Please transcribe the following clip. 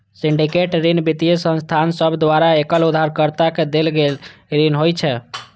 syndicate ऋण वित्तीय संस्थान सभ द्वारा एकल उधारकर्ता के देल गेल ऋण होइ छै